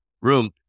room